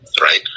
right